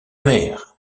mer